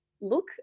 look